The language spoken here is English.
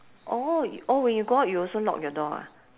orh orh when you go out you also lock your door ah